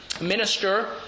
Minister